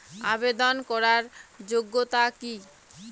আবেদন করার যোগ্যতা কি?